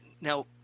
now